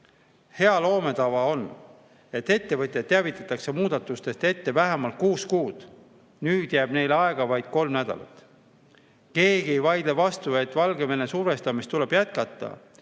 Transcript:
[seadus]loome tava on, et ettevõtjaid teavitatakse muudatustest ette vähemalt kuus kuud. Nüüd jääb neil aega vaid kolm nädalat. Keegi ei vaidle vastu, et Valgevene survestamist tuleb jätkata,